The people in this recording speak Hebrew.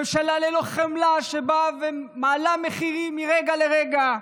ממשלה ללא חמלה, שבאה ומעלה מחירים מרגע לרגע?